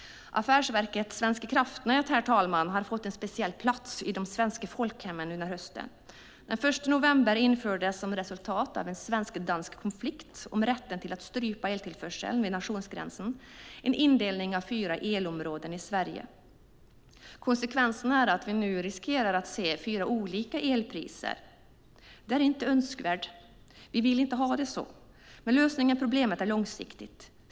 Affärsverket svenska kraftnät har fått en speciell plats i det svenska folkhemmet under hösten. Den 1 november infördes som resultat av en svensk-dansk konflikt om rätten att strypa eltillförseln vid nationsgränsen en indelning av fyra elområden i Sverige. Konsekvenserna är att vi nu riskerar att se fyra olika elpriser. Det är inte önskvärt. Vi vill inte ha det så. Men lösningen av problemet är långsiktigt.